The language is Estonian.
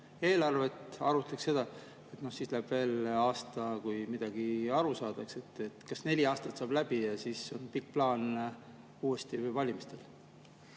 nulleelarvet, arutatakse seda, ja siis läheb veel aasta enne, kui midagi aru saadakse. Kas neli aastat saab läbi ja siis on pikk plaan uuesti valimistel